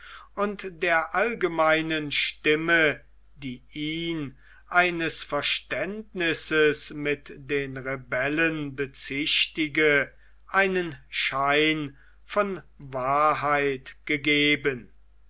und der allgemeinen stimme die ihn eines verständnisses mit den rebellen bezichtige einen schein von wahrheit gegeben